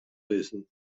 lizzen